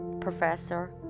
professor